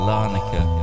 Larnaca